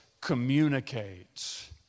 communicates